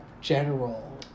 general